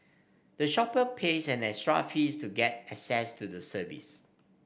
the shopper pays an extra fees to get access to the service